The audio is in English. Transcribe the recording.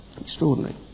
Extraordinary